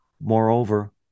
Moreover